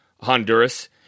Honduras